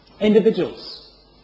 individuals